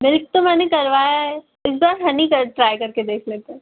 तो मैंने करवाया है इस बार हनी कर ट्राइ कर के देख लेते हैं